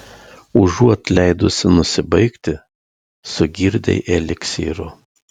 užuot leidusi nusibaigti sugirdei eliksyro